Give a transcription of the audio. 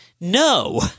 No